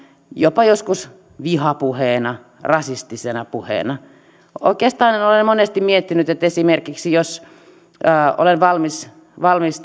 jopa jonkintyyppisenä vihapuheena rasistisena puheena oikeastaan olen monesti miettinyt että esimerkiksi jos olen valmis valmis